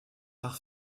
par